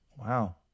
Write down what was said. Wow